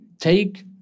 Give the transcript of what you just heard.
take